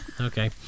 okay